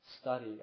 study